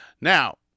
Now